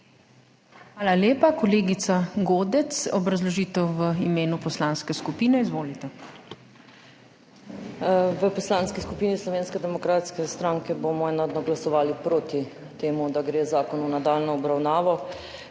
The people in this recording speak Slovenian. Hvala lepa. Kolegica Godec, obrazložitev v imenu poslanske skupine. Izvolite. **JELKA GODEC (PS SDS):** V Poslanski skupini Slovenske demokratske stranke bomo enotno glasovali proti temu, da gre zakon v nadaljnjo obravnavo.